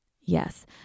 Yes